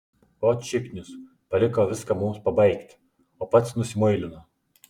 ot šiknius paliko viską mums pabaigt o pats nusimuilino